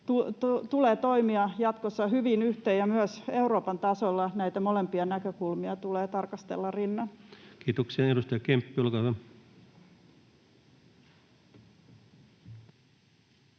toimivat jatkossa hyvin yhteen, ja myös Euroopan tasolla näitä molempia näkökulmia tulee tarkastella rinnan. Kiitoksia. — Edustaja Kemppi, olkaa hyvä.